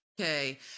okay